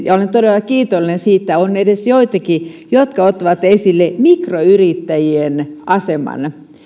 ja olen todella kiitollinen siitä että on edes joitakin jotka ottavat esille mikroyrittäjien aseman